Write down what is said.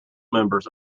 members